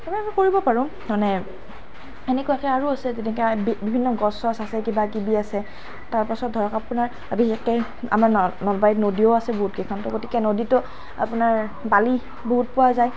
কিবাকিবি কৰিব পাৰোঁ মানে সেনেকুৱাকৈ আৰু আছে যেনেকৈ বিভিন্ন গছ চছ আছে কিবাকিবি আছে তাৰ পাছত ধৰক আপোনাৰ আৰু বিশেষকৈ আমাৰ নলবাৰীত নদীও আছে বহুতকেইখন তো গতিকে নদীতো আপোনাৰ বালি বহুত পোৱা যায়